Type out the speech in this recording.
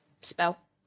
spell